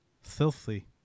Filthy